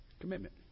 Commitment